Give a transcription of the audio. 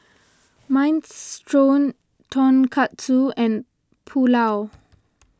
Minestrone Tonkatsu and Pulao